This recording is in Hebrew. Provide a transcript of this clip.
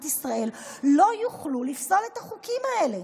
ישראל לא יוכלו לפסול את החוקים האלה.